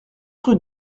rue